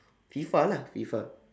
FIFA lah FIFA